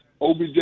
OBJ